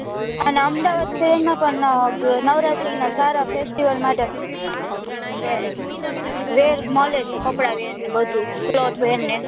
અને અમદાવાદ શહેરમાં પણ નવરાત્રીના સારા ફેસ્ટિવલના વેર વેર્સ મળે છે કપડા વેર ને એન્ડ બધું ક્લોથ વેરને